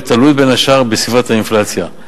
ותלוי בין השאר בסביבת האינפלציה,